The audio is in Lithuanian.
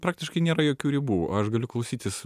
praktiškai nėra jokių ribų aš galiu klausytis